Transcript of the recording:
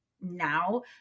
now